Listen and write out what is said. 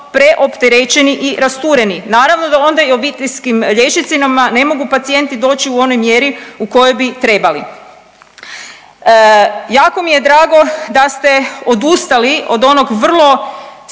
preopterećeni i rastureni, naravno da onda i obiteljskim liječnicima ne mogu pacijenti doći u onoj mjeri u kojoj bi trebali. Jako mi je drago da ste odustali od onog vrlo spornog,